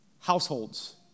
households